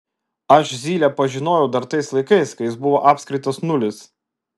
aš zylę pažinojau dar tais laikais kai jis buvo apskritas nulis